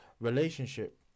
relationship